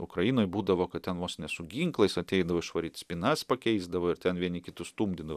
ukrainoj būdavo kad ten vos ne su ginklais ateidavo išvaryt spynas pakeisdavo ir ten vieni kitus stumdydavo